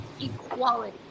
equality